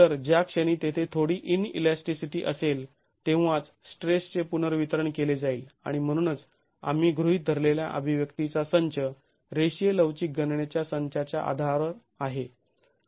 तर ज्या क्षणी तेथे थोडी ईनइलॅस्टीसिटी असेल तेव्हाच स्ट्रेसचे पुनर्वितरण केले जाईल आणि म्हणूनच आम्ही गृहीत धरलेला अभिव्यक्तीचा संच रेषीय लवचिक गणनेच्या संचाच्या आधारावर आहे